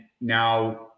now